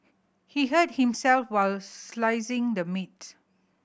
he hurt himself while slicing the meat